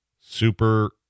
super